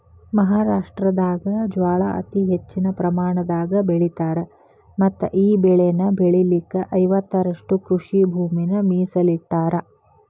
ಮಹಾರಾಷ್ಟ್ರದಾಗ ಜ್ವಾಳಾ ಅತಿ ಹೆಚ್ಚಿನ ಪ್ರಮಾಣದಾಗ ಬೆಳಿತಾರ ಮತ್ತಈ ಬೆಳೆನ ಬೆಳಿಲಿಕ ಐವತ್ತುರಷ್ಟು ಕೃಷಿಭೂಮಿನ ಮೇಸಲಿಟ್ಟರಾ